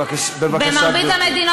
בבקשה, גברתי.